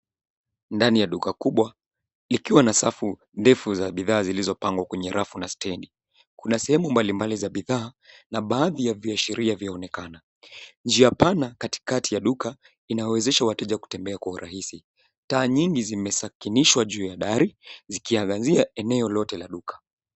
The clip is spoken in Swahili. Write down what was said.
Ndani ya duka kubwa likiwa na safu ndefu za bidhaa zilizopangwa, kwenye rafu na stendi. Kuna sehemu mbali mbali za bidhaa na baadhi ya viashiria vyaonekana. Njia pana katikati ya duka inawawezesha wateja kutembea kwa urahisi. Taa nyingi zimesakinishwa juu ya dari, zikiangazia eneo lote la duka.